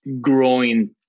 growing